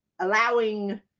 allowing